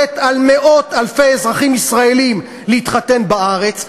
על מאות-אלפי אזרחים ישראלים להתחתן בארץ,